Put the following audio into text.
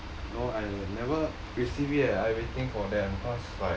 no I never received yet I waiting for them cause like